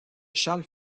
charles